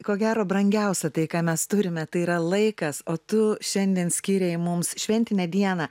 ko gero brangiausia tai ką mes turime tai yra laikas o tu šiandien skyrei mums šventinę dieną